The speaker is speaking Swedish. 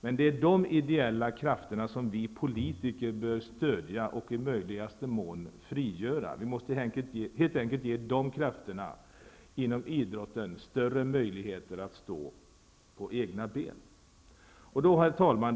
Det är de ideella krafterna som vi politiker bör stödja och i möjligaste mån frigöra. Vi måste helt enkelt ge de krafterna inom idrotten större möjligheter att stå på egna ben. Herr talman!